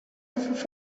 off